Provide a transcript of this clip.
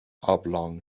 oblong